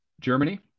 Germany